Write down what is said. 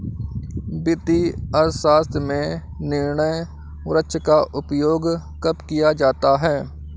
वित्तीय अर्थशास्त्र में निर्णय वृक्ष का उपयोग कब किया जाता है?